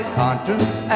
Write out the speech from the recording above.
conscience